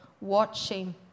watching